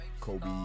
kobe